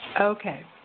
Okay